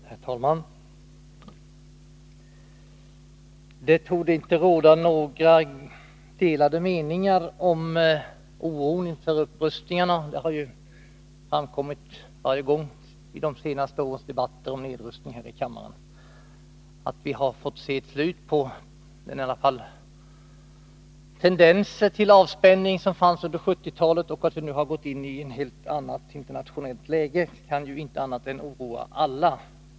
Herr talman! Det torde inte råda några delade meningar om oron för upprustningarna. Denna oro har framkommit varje gång i de senaste årens debatter här i kammaren om nedrustning. Att vi har fått se ett slut på den tendens till avspänning som i alla fall fanns under 1970-talet och att vi nu har gått in i ett helt annat internationellt läge kan ju inte annat än oroa alla.